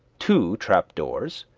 two trap doors,